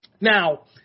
Now